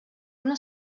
una